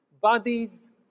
bodies